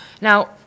Now